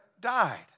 died